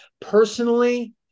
personally